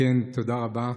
תודה רבה.